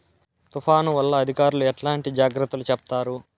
తుఫాను వల్ల అధికారులు ఎట్లాంటి జాగ్రత్తలు చెప్తారు?